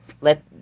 Let